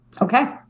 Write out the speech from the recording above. Okay